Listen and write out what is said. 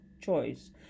choice